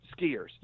skiers